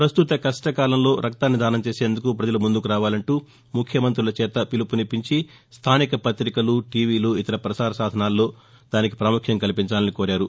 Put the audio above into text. పస్తుత కష్టకాలంలో రక్తాన్ని దానం చేసేందుకు ప్రజలు ముందుకు రావాలంటూ ముఖ్యమంతుల చేత పిలుపునిప్పించి స్గానిక పతికలు టీవీలు ఇతర ప్రసారసాధనాల్లో దానికి ప్రాముఖ్యం కల్పించాలని కోరారు